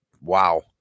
wow